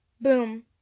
boom